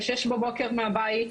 בשש בבוקר מהבית,